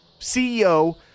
CEO